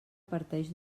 parteix